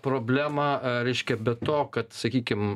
problemą reiškia be to kad sakykim